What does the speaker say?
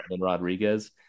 Rodriguez